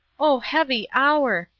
oh, heavy hour!